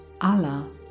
Allah